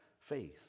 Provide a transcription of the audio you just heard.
faith